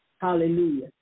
Hallelujah